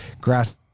grass